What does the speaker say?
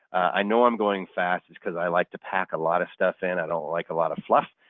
i know i'm going fast. it's because i like to pack a lot of stuff in. i don't like a lot of fluff.